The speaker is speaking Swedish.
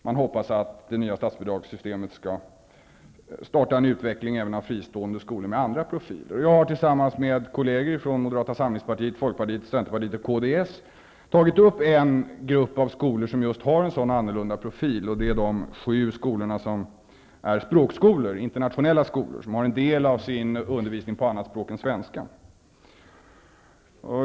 Man hoppas att det nya statsbidragssystemet skall starta en utveckling även av fristående skolor med andra profiler. Jag har tillsammans med kolleger från Moderata samlingspartiet, Folkpartiet, Centerpartiet och kds i en motion tagit upp en grupp av skolor som just har en sådan annorlunda profil, och det är de sju skolor som är språkskolor, internationella skolor, som har en del av sin undervisning på annat språk än svenska.